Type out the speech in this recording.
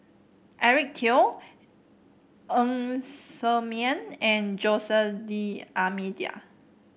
Eric Teo Ng Ser Miang and Jose D'Almeida